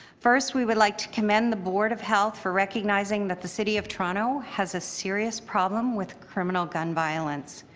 first we would like to commend the board of health for recognizing that the city of toronto has a serious problem with criminal gun violence.